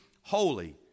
holy